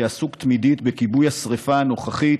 שעסוק תמידית בכיבוי השרפה הנוכחית